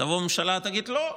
תבוא הממשלה ותגיד: לא,